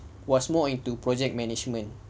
was more into project management